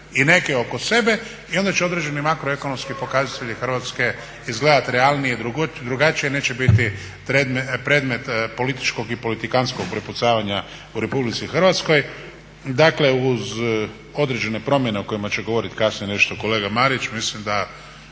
i neke oko sebe i onda će određeni makro ekonomski pokazatelji Hrvatske izgledati realnije i drugačije neće biti predmet političkog i politikantskog prepucavanja u Republici Hrvatskoj. Dakle uz određene promjene o kojima će govoriti kasnije nešto kolega Marić, mislim da